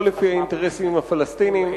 לא לפי האינטרסים הפלסטיניים,